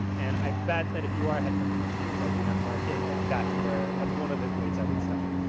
and i bet that if you are a headphone company, which i do not mark it, like that's where, that's one of the ways i would start.